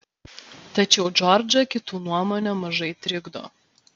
tačiau džordžą kitų nuomonė mažai trikdo